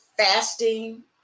fasting